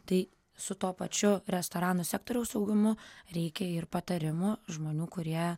tai su tuo pačiu restoranų sektoriaus augimu reikia ir patarimų žmonių kurie